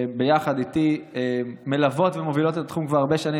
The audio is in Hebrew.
שביחד איתי מלוות ומובילות את התחום כבר הרבה שנים,